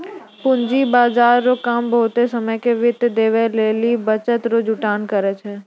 पूंजी बाजार रो काम बहुते समय के वित्त देवै लेली बचत रो जुटान करै छै